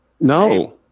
No